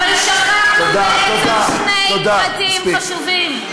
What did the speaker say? אבל שכחתם בערך שני פרטים חשובים.